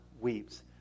weeps